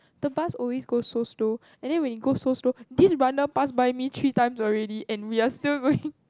the bus always goes so slow and then when it goes so slow this runner past by me three times already and we are still going